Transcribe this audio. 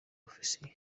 ofisiye